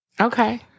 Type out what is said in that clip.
okay